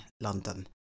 London